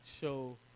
show